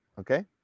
okay